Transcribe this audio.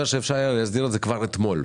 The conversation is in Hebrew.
שאפשר היה להסדיר את זה כבר אתמול.